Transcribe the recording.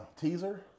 teaser